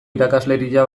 irakasleria